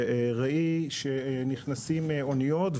וראי שנכנסים אניות,